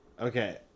Okay